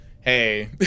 hey